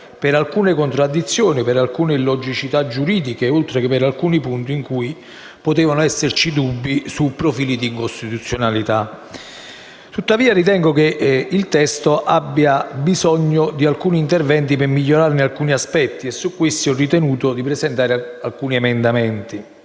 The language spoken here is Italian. per alcune contraddizioni e illogicità giuridiche, oltre che per alcuni punti su cui potevano esserci dubbi circa profili di incostituzionalità. Tuttavia, ritengo che il testo abbia bisogno di qualche intervento per migliorarne taluni aspetti, e su essi ho ritenuto di presentare alcuni emendamenti.